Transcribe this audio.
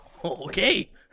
Okay